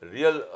Real